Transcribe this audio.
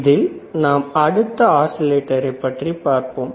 இதில் அடுத்த ஆஸிலேட்டரை பற்றி பார்ப்போம்